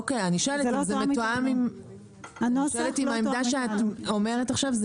אני שואלת האם העמדה שאת אומרת עכשיו היא